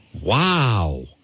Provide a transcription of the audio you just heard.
Wow